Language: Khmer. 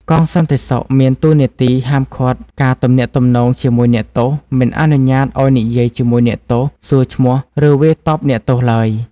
កងសន្តិសុខមានតួនាទី ហាមឃាត់ការទំនាក់ទំនងជាមួយអ្នកទោស មិនអនុញ្ញាតឱ្យនិយាយជាមួយអ្នកទោស សួរឈ្មោះ ឬវាយតប់អ្នកទោសឡើយ។